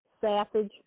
sausage